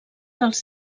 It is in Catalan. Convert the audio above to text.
dels